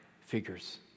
figures